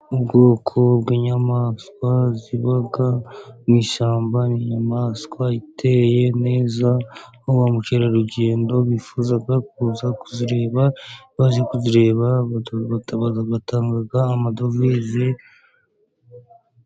Ubwoko bw'inyamaswa ziba mu ishyamba. Inyamaswa iteye neza aho ba mukerarugendo bifuza kuza kuzireba, iyo baje kuzireba batanga amadovize.